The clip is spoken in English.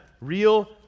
real